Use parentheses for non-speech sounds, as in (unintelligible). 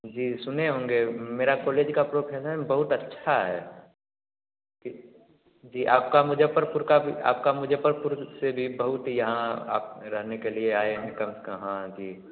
जी सुने होंगे मेरा कोलेज का (unintelligible) है ना बहुत अच्छा है कि जी आपका मुज़फ़्फ़रपुर का भी आपका मुज़फ़्फ़रपुर से भी बहुत ही यहाँ आप रहने के लिए आएँ हैं कम से क हाँ जी